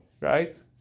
Right